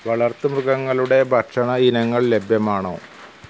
വളർത്തുമൃഗങ്ങളുടെ ഭക്ഷണ ഇനങ്ങൾ ലഭ്യമാണോ